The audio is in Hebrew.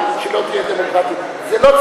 אולי אתה